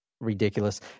ridiculous